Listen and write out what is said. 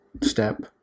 step